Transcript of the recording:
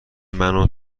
مونو